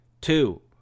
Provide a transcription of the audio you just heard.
Two